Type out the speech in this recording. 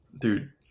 dude